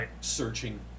searching